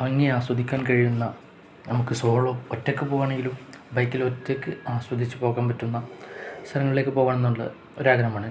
ഭംഗി ആസ്വദിക്കാൻ കഴിയുന്ന നമുക്ക് സോളോ ഒറ്റയ്ക്കു പോവുകയാണേലും ബൈക്കില് ഒറ്റയ്ക്ക് ആസ്വദിച്ചുപോകാൻ പറ്റുന്ന സ്ഥലങ്ങളിലേക്കു പോകണമെന്നുള്ള ഒരാഗ്രഹമാണ്